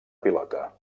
pilota